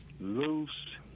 loose